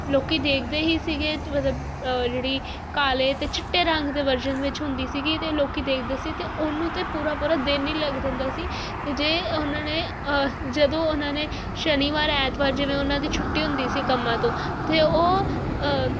ਲੋਕ ਦੇਖਦੇ ਹੀ ਸੀਗੇ ਮਤਲਬ ਜਿਹੜੀ ਕਾਲੇ ਅਤੇ ਚਿੱਟੇ ਰੰਗ ਦੇ ਵਰਜ਼ਨ ਵਿੱਚ ਹੁੰਦੀ ਸੀਗੀ ਅਤੇ ਉਹ ਲੋਕ ਦੇਖਦੇ ਸੀ ਅਤੇ ਉਹਨੂੰ ਤਾਂ ਪੂਰਾ ਪੂਰਾ ਦਿਨ ਹੀ ਲੱਗ ਜਾਂਦਾ ਸੀ ਅਤੇ ਜੇ ਉਹਨਾਂ ਨੇ ਜਦੋਂ ਉਹਨਾਂ ਨੇ ਸ਼ਨੀਵਾਰ ਐਤਵਾਰ ਜਿਵੇਂ ਉਹਨਾਂ ਦੀ ਛੁੱਟੀ ਹੁੰਦੀ ਸੀ ਕੰਮਾਂ ਤੋਂ ਅਤੇ ਉਹ